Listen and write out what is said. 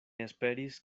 esperis